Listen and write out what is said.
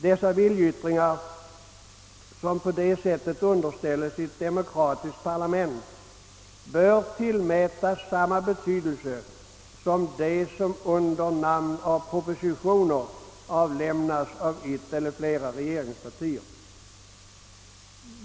De viljeyttringar som på detta sätt underställes ett demokratiskt parlament bör tillmätas samma betydelse som de som under namn av propositioner avlämnas av ett eller flera regeringspartier.